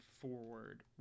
forward